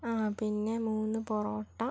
ആ പിന്നെ മൂന്ന് പൊറോട്ട